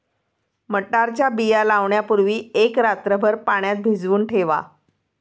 मटारच्या बिया लावण्यापूर्वी एक रात्रभर पाण्यात भिजवून ठेवा